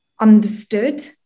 understood